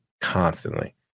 constantly